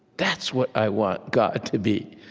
that's what i want god to be.